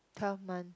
twelve month